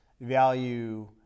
value